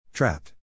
Trapped